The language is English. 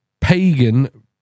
pagan